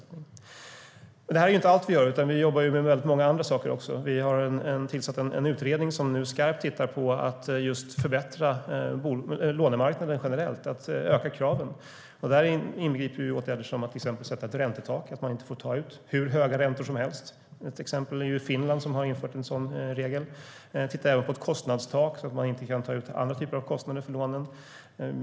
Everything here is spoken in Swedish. Men det är inte allt vi gör, utan vi jobbar även med många andra saker. Vi har tillsatt en utredning som nu tittar skarpt på att förbättra lånemarknaden generellt, att öka kraven. Det inbegriper åtgärder som att sätta ett räntetak, alltså att man inte får ta ut hur höga räntor som helst. Ett exempel på det är Finland, som infört en sådan regel. Vi tittar också på ett kostnadstak så att man inte ska kunna ta ut andra typer av kostnader för lånen.